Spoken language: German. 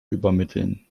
übermitteln